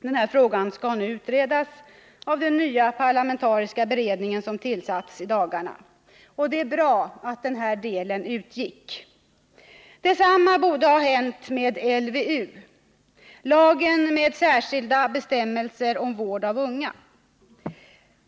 Denna fråga skall nu utredas av den parlamentariska beredning som i dagarna tillsatts. Det är bra att denna del utgick. Detsamma borde ha hänt med LVU, lagen med särskilda bestämmelser om vård av unga.